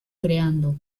creando